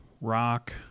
rock